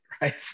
right